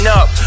up